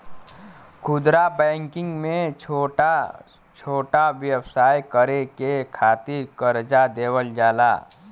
खुदरा बैंकिंग में छोटा छोटा व्यवसाय करे के खातिर करजा देवल जाला